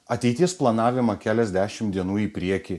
ateities planavimą keliasdešim dienų į priekį